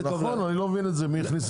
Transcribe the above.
נכון, אני לא מבין מי הכניס את זה.